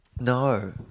No